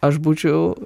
aš būčiau